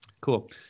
Cool